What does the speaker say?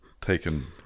taken